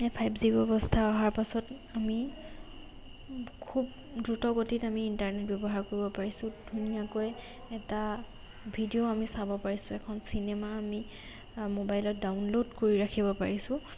five G ব্যৱস্থা অহাৰ পাছত আমি খুব দ্ৰুতগতিত আমি ইণ্টাৰনেট ব্যৱহাৰ কৰিব পাৰিছোঁ ধুনীয়াকৈ এটা ভিডিঅ' আমি চাব পাৰিছোঁ এখন চিনেমা আমি মোবাইলত ডাউনলোড কৰি ৰাখিব পাৰিছোঁ